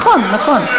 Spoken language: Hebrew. נכון.